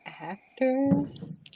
actors